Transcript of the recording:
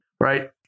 right